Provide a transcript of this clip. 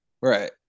Right